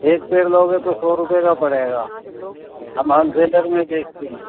ایک پیر لوگے تو سو روپیے کا پڑے غا ہم ہول سیلر میں بیچتے ہیں